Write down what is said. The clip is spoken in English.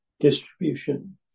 Distribution